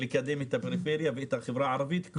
שמטרתה תהיה לקדם את הפריפריה ואת החברה הערבית,